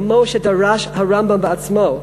כמו שדרש הרמב"ם בעצמו,